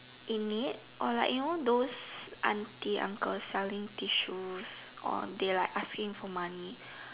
in need or like you know those auntie uncle selling tissues or they like asking for money